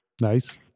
Nice